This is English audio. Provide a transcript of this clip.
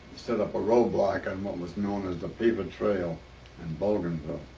set up a roadblock on what was known as the beaver trail in bougainville.